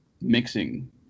mixing